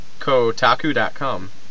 Kotaku.com